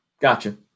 Gotcha